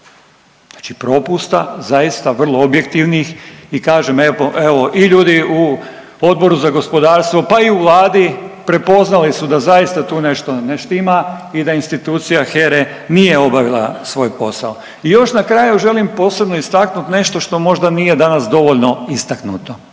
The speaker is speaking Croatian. Znači propusta zaista vrlo objektivnih i kažem evo i ljudi u Odboru za gospodarstvo pa i u vladi prepoznali su da zaista tu nešto ne štima i da institucija HERE nije obavila svoj posao. I još na kraju želim posebno istaknuti nešto što možda nije danas dovoljno istaknuto.